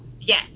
Yes